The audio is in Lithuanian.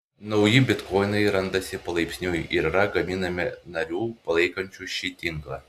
nauji bitkoinai randasi palaipsniui ir yra gaminami narių palaikančių šį tinklą